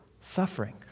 suffering